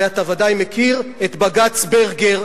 אתה בוודאי מכיר את בג"ץ ברגר.